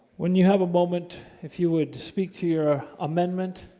when you have a moment if you would speak to your amendment